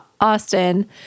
Austin